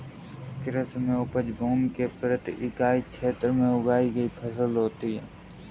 कृषि में उपज भूमि के प्रति इकाई क्षेत्र में उगाई गई फसल होती है